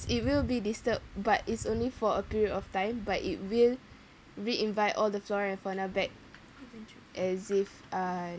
it will be disturbed but it's only for a period of time but it will re-invite all the flora and fauna back as if uh